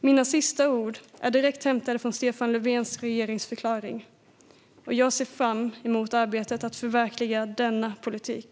Citatet är hämtat från Stefan Löfvens regeringsförklaring. Jag ser fram emot arbetet i att förverkliga denna politik.